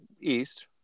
East